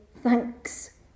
thanks